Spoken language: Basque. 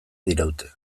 diraute